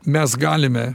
mes galime